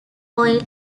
oil